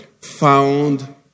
found